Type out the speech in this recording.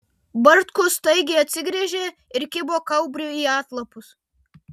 bartkus staigiai atsigręžė ir kibo kaubriui į atlapus